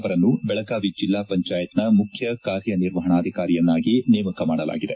ಅವರನ್ನು ಬೆಳಗಾವಿ ಜಿಲ್ಲಾ ಪಂಚಾಯತ್ನ ಮುಖ್ಯ ಕಾರ್ಯ ನಿರ್ವಹಣಾಧಿಕಾರಿಯನ್ನಾಗಿ ನೇಮಕ ಮಾಡಲಾಗಿದೆ